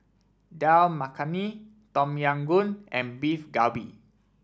Dal Makhani Tom Yam Goong and Beef Galbi